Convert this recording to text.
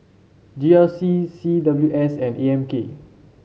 G R C C W S and A M K